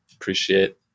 appreciate